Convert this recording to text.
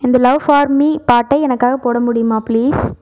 இந்த love for me பாட்டை எனக்காக போட முடியுமா பிளீஸ்